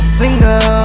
single